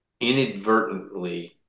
inadvertently